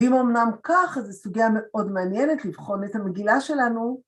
ואם אמנם כך, אז זו סוגיה מאוד מעניינת לבחון איזה מגילה שלנו.